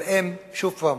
אבל הן, שוב פעם,